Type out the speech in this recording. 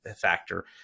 factor